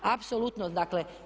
Apsolutno dakle.